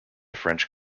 french